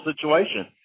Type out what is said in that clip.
situation